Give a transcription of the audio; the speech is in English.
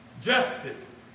justice